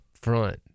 front